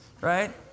right